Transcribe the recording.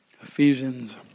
Ephesians